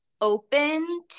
open